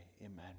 Amen